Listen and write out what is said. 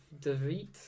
David